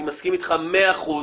אני מסכים איתך במאה אחוז.